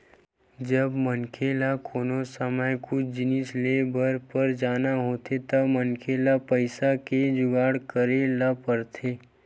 जब मनखे ल कोनो समे कुछु जिनिस लेय बर पर जाना होथे त मनखे ल पइसा के जुगाड़ करे ल परथे